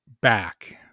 back